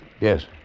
Yes